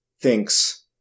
thinks